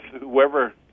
whoever